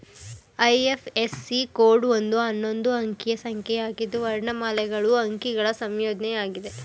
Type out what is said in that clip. IFSC code ಒಂದು ಹನ್ನೊಂದು ಅಂಕಿಯ ಸಂಖ್ಯೆಯಾಗಿದ್ದು ವರ್ಣಮಾಲೆಗಳು ಅಂಕಿಗಳ ಸಂಯೋಜ್ನಯಾಗಿದೆ